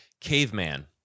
caveman